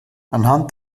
anhand